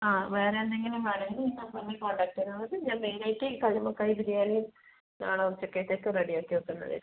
ആ വേറെ എന്തെങ്കിലും വേണമെങ്കിൽ ഈ നമ്പറിൽ കോൺടാക്ട് ചെയ്താൽ മതി ഞാൻ മെയിനായിട്ട് ഈ കല്ലുമ്മക്കായ് ബിരിയാണിയും നാളെ ഉച്ചത്തേയ്ക്ക് റെഡി ആക്കി വെക്കുന്നത് ആയിരിക്കും